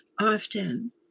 often